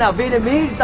um vietnamese